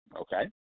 Okay